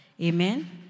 Amen